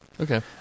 Okay